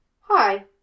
Hi